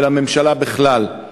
ולממשלה בכלל: